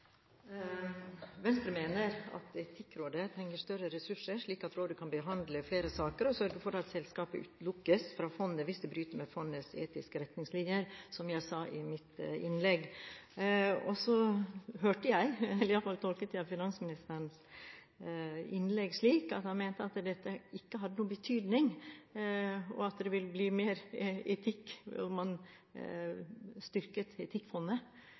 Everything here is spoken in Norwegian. Venstre mener at Etikkrådet trenger større ressurser, slik at rådet kan behandle flere saker og sørge for at selskaper utelukkes fra fondet hvis det bryter med fondets etiske retningslinjer, som jeg sa i mitt innlegg. Så hørte jeg – i hvert fall tolket jeg finansministerens innlegg slik – at han mente at dette ikke hadde noen betydning, og at det ville bli mer etikk om man styrket Etikkfondet.